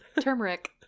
Turmeric